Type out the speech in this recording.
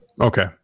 Okay